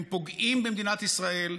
הם פוגעים במדינת ישראל,